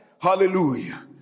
Hallelujah